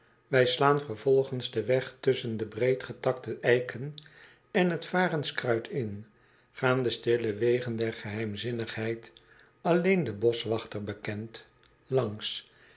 wij slaan vervolgens den weg tusschen de breed getakte eiken en t varenkruid in gaan de stille wegen der geheimzinnigheid alleen den boschwachter bekend langs